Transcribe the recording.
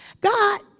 God